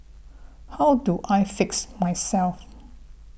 how do I fix myself